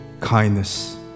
kindness